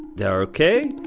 they are okay?